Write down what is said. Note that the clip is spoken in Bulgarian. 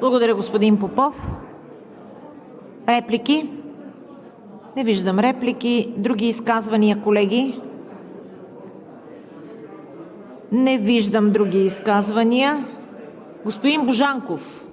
Благодаря, господин Попов. Реплики? Не виждам. Други изказвания, колеги? Не виждам. Господин Божанков,